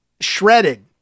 shredded